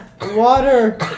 Water